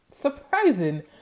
surprising